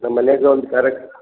ನಮ್ಮ ಮನೆಯಾಗ ಒಂದು ಕಾರ್ಯಕ್ಕೆ